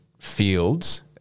fields